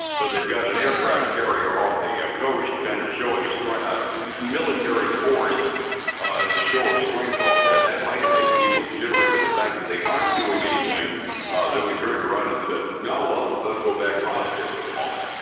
but they've got an aircraft carrier off the yeah coast kind of showing a strike ah military force, as a show of strength off there. that might have made people jittery, but the fact that they aren't doing anything then we turned around and said no, well let's go back positive for the moment.